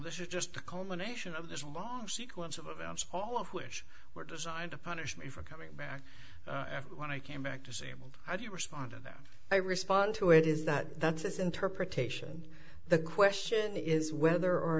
this is just the culmination of this long sequence of events all of which were designed to punish me for coming back when i came back to see about how do you respond and that i respond to it is that that's his interpretation the question is whether or